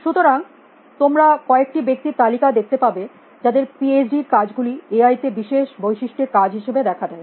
সুতরাং তোমরা কয়েকটি ব্যক্তির তালিকা দেখতে পারবে যাদের পিএইচডি র কাজ গুলি এআই তে বিশেষ বৈশিষ্ট্যের কাজ হিসাবে দেখা দেয়